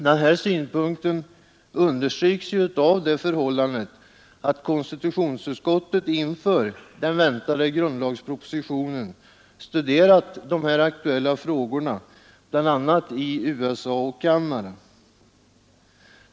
Den här synpunkten understryks ju av det förhållandet att konstitutionsutskottet inför den väntade grundlagspropositionen studerat de här aktuella frågorna, bl.a. i USA och Canada.